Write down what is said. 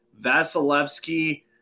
Vasilevsky